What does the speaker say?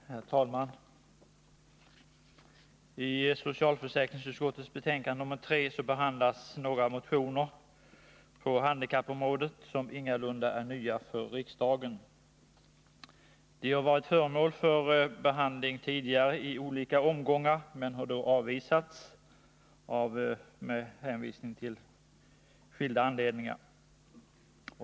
Fru talman! I socialförsäkringsutskottets betänkande nr 3 behandlas några motioner på handikappområdet som ingalunda är nya för riksdagen. De har varit föremål för behandling tidigare i olika omgångar men har då av skilda anledningar avvisats.